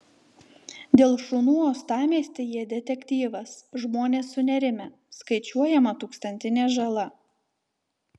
dėl šunų uostamiestyje detektyvas žmonės sunerimę skaičiuojama tūkstantinė žala